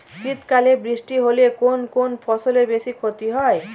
শীত কালে বৃষ্টি হলে কোন কোন ফসলের বেশি ক্ষতি হয়?